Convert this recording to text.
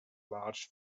large